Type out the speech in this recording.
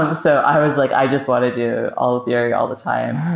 ah so i was like i just want to do all theory all the time.